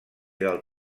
del